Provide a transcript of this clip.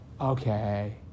Okay